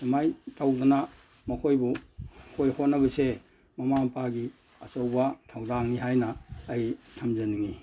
ꯑꯗꯨꯃꯥꯏꯅ ꯇꯧꯗꯅ ꯃꯈꯣꯏꯕꯨ ꯑꯩꯈꯣꯏ ꯍꯣꯠꯅꯕꯁꯦ ꯃꯃꯥ ꯃꯄꯥꯒꯤ ꯑꯆꯧꯕ ꯊꯧꯗꯥꯡꯅꯤ ꯍꯥꯏꯅ ꯑꯩ ꯊꯝꯖꯅꯤꯡꯏ